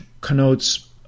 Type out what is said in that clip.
connotes